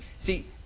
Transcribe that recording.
See